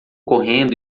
correndo